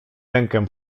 rękę